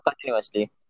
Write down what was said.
continuously